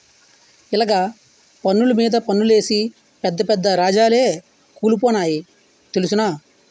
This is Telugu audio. ఇలగ పన్నులు మీద పన్నులేసి పెద్ద పెద్ద రాజాలే కూలిపోనాయి తెలుసునా